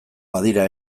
badira